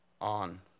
on